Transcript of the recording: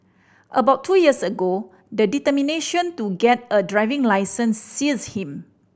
about two years ago the determination to get a driving licence seized him